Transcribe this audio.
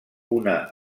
una